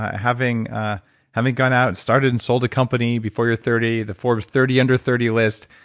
having ah having gone out and started and sold a company before you're thirty, the forbes thirty under thirty list.